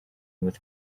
with